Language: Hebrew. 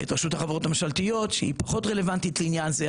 את רשות החברות הממשלתיות שהיא פחות רלוונטית לעניין זה,